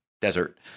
desert